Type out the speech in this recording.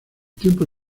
tiempo